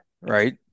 Right